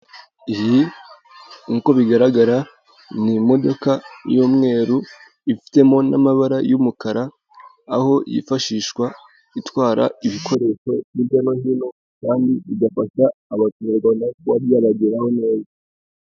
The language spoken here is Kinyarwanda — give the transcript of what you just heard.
Iyi nk'uko bigaragara ni imodoka y'umweru, ifitemo n'amabara y'umukara, aho yifashishwa gutwara ibikoresho hirya no hino, kandi bigafasha abanyarwanda kuba byabageraho neza.